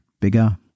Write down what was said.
bigger